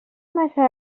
massa